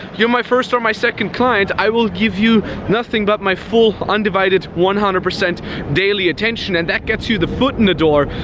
you're my first or my second client. i will give you nothing but my full undivided, one hundred percent daily attention. and that gets you the foot in the door.